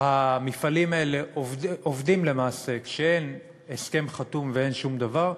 המפעלים האלה עובדים כשאין הסכם חתום ואין שום דבר.